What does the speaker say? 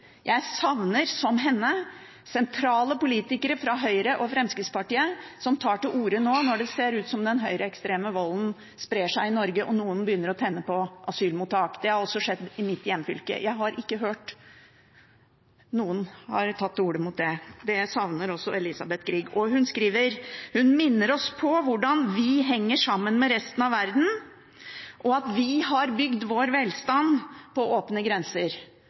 ser ut til at den høyreekstreme volden sprer seg i Norge, og noen begynner å tenne på asylmottak. Det har også skjedd i mitt hjemfylke. Jeg har ikke hørt noen ta ordet om det. Det savner også Elisabeth Grieg. Hun minner også om hvordan vi henger sammen med resten av verden, og at vi har bygd vår velstand på åpne grenser